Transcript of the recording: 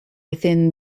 within